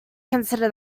consider